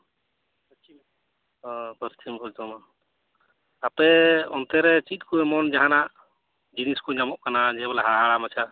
ᱚ ᱯᱚᱥᱪᱷᱤᱢ ᱵᱚᱨᱫᱷᱚᱢᱟᱱ ᱟᱯᱮ ᱚᱱᱛᱮ ᱨᱮ ᱪᱮᱫ ᱠᱚ ᱮᱢᱚᱱ ᱡᱟᱦᱟᱱᱟᱜ ᱡᱤᱱᱤᱥ ᱠᱚ ᱧᱟᱢᱚᱜ ᱠᱟᱱᱟ ᱡᱮ ᱵᱚᱞᱮ ᱦᱟᱦᱟᱲᱟᱜ ᱢᱟᱪᱷᱟ